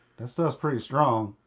that stuff is pretty strong.